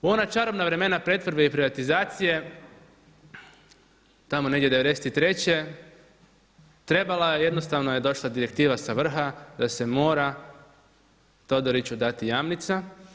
U ona čarobna vremena pretvorbe i privatizacije, tamo negdje '93. trebala je, jednostavno je došla direktiva sa vrha da se mora Todoriću dati Jamnica.